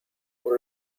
what